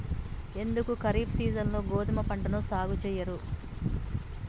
ఎందుకు ఖరీఫ్ సీజన్లో గోధుమ పంటను సాగు చెయ్యరు?